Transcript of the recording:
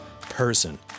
person